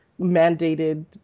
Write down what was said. mandated